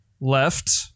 left